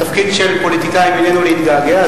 התפקיד של פוליטיקאים איננו להתגעגע.